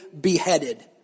beheaded